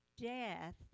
death